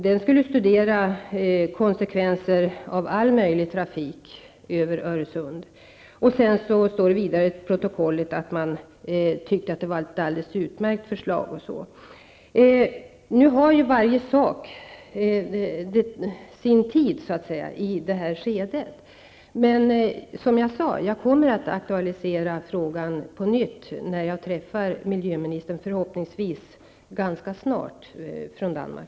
Den skulle studera konsekvenserna av all möjlig trafik över Öresund. Det står också i protokollet att man tyckte att det var ett utmärkt förslag. Nu har var sak sin tid, och jag kommer att aktualisera frågan på nytt när jag träffar miljöministern från Danmark, förhoppningsvis ganska snart.